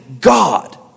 God